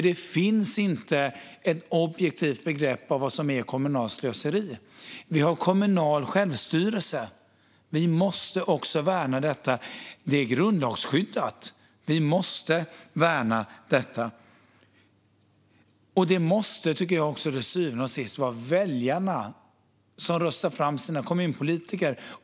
Det finns inte ett objektivt begrepp för vad som är kommunalt slöseri. Vi har kommunal självstyrelse. Vi måste också värna den. Den är grundlagsskyddad. Till syvende och sist måste det vara väljarna som röstar fram sina kommunpolitiker.